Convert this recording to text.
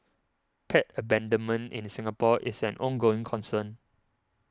pet abandonment in the Singapore is an ongoing concern